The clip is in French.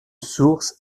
source